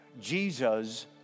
Jesus